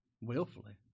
willfully